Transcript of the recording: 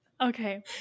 Okay